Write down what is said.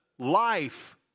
life